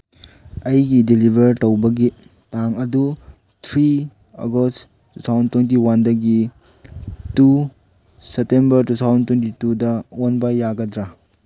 ꯑꯩꯒꯤ ꯗꯤꯂꯤꯚꯔ ꯇꯧꯕꯒꯤ ꯇꯥꯡ ꯑꯗꯨ three August two thousand twenty ꯋꯥꯟꯗꯒꯤ two September two thousand twenty ꯇꯨꯗ ꯑꯣꯟꯕ ꯌꯥꯒꯗ꯭ꯔ